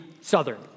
Southern